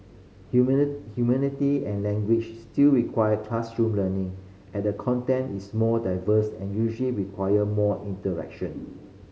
humanity and languages still require classroom learning at the content is more diverse and usually require more interaction